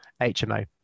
HMO